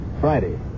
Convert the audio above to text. Friday